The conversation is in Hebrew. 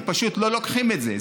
הם פשוט לא לוקחים את זה.